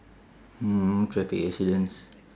mm traffic accidents